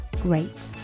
great